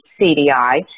CDI